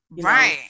right